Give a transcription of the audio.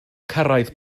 cyrraedd